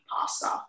pasta